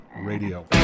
radio